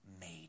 made